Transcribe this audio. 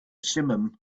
simum